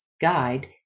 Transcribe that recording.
guide